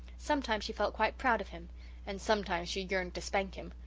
sometimes she felt quite proud of him and sometimes she yearned to spank him.